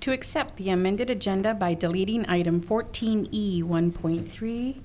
to accept the amended agenda by deleting item fourteen one point three